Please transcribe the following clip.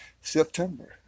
September